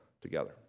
together